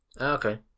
Okay